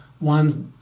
one's